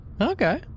Okay